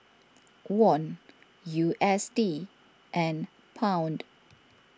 Won U S D and Pound